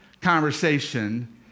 conversation